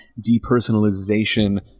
depersonalization